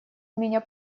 меня